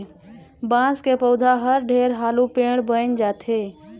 बांस के पउधा हर ढेरे हालू पेड़ बइन जाथे